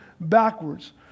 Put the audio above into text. backwards